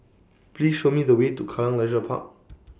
Please Show Me The Way to Kallang Leisure Park